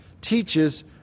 teaches